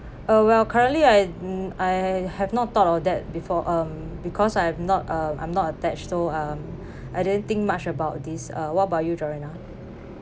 uh well currently I mm I have not thought of that before um because I have not um I'm not attach though um I didn't think much about this uh what about you joanna